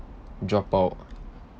drop out